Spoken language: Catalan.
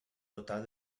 total